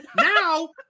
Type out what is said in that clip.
now